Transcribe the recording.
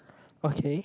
okay